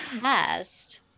past